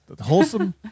Wholesome